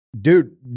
Dude